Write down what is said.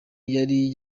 yari